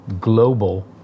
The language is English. global